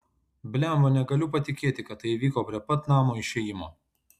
blemba negaliu patikėti kad tai įvyko prie pat namo išėjimo